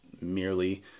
merely